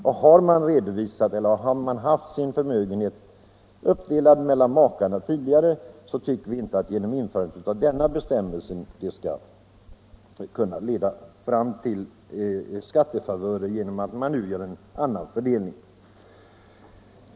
Om makarna tidigare har haft sin förmögenhet uppdelad mellan sig bör inte en ändrad bestämmelse kunna leda till skattefavörer genom att förmögenheten nu fördelas annorlunda.